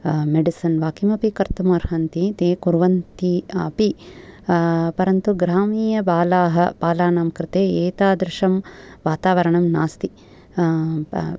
medicine वा किमपि कर्तुम् अर्हन्ति ते कुर्वन्ति अपि परन्तु ग्रामीय बाला बालानां कृते एतादृशं वातावरणं नास्ति